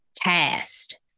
Cast